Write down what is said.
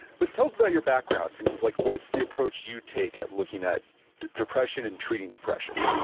but tell us about your background, and like what's the approach you take at looking at depression and treating depression?